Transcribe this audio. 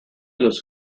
los